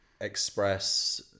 express